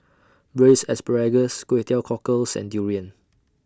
Braised Asparagus Kway Teow Cockles and Durian